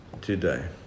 today